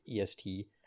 est